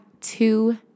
two